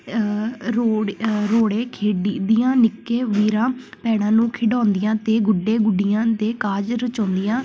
road ਰੋਡੇ ਖੇਡੀ ਦੀਆਂ ਨਿੱਕੇ ਵੀਰਾਂ ਭੈਣਾਂ ਨੂੰ ਖਿਡਾਉਂਦੀਆਂ ਅਤੇ ਗੁੱਡੇ ਗੁੱਡੀਆਂ ਦੇ ਕਾਜ ਰਚਾਉਂਦੀਆਂ